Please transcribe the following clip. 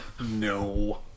No